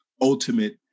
ultimate